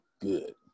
good